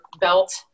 belt